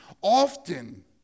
often